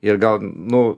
ir gal nu